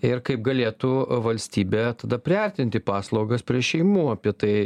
ir kaip galėtų valstybė tada priartinti paslaugas prie šeimų apie tai